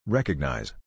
Recognize